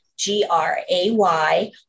G-R-A-Y